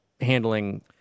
handling